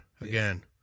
Again